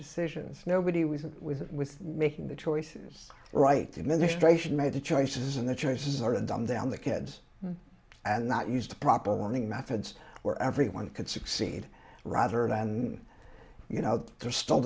decisions nobody was with with making the choices right the administration made the choices and the choices are to dumb down the kids and not used the proper warning methods where everyone could succeed rather than you know they're still